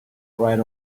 right